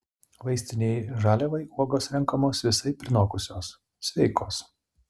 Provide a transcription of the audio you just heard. vaistinei žaliavai uogos renkamos visai prinokusios sveikos